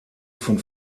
von